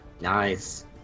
Nice